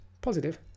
positive